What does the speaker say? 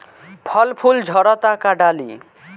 फल फूल झड़ता का डाली?